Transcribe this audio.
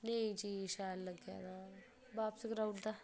नेईं चीज शैल लग्गै ता बास कराई ओड़दा